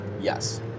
Yes